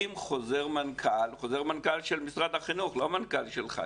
בחינת הסטטוס המשפטי חוזר מנכ"ל של משרד החינוך לא מנכ"ל שלך,